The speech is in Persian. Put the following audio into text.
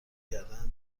کردن